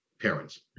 parents